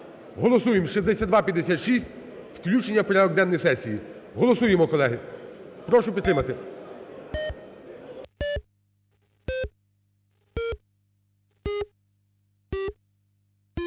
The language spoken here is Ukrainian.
Голосуємо 6256 включення у порядок денний сесії. Голосуємо, колеги, прошу підтримати.